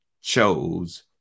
chose